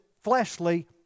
fleshly